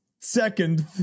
Second